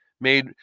made